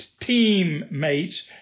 teammates